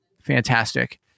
Fantastic